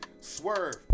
Swerve